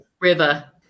River